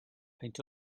peint